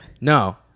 No